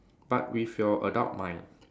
but with your adult mind